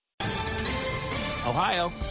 Ohio